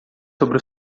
sobre